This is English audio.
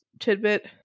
tidbit